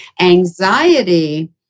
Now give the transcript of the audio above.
anxiety